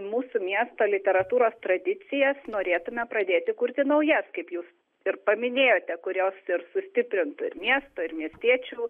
mūsų miesto literatūros tradicijas norėtume pradėti kurti naujas kaip jūs ir paminėjote kurios ir sustiprintų ir miesto ir miestiečių